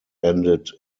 ended